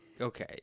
okay